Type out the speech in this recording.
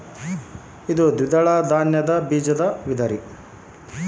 ಹೆಸರುಕಾಳು ಇದು ಯಾವ ಬೇಜದ ವಿಧರಿ?